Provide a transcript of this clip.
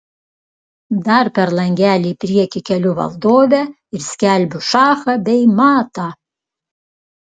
dar per langelį į priekį keliu valdovę ir skelbiu šachą bei matą